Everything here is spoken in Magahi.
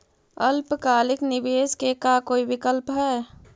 अल्पकालिक निवेश के का कोई विकल्प है?